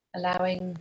Allowing